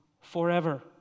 forever